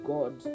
God